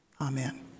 Amen